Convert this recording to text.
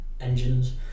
engines